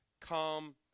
come